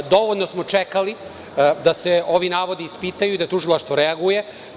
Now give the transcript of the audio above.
Dovoljno smo čekali da se ovi navodi ispitaju i da tužilaštvo reaguje.